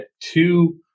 two